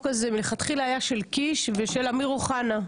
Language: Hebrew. הזה מלכתחילה היה של קיש ושל אמיר אוחנה,